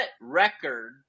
record